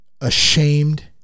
ashamed